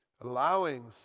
Allowing